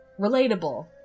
Relatable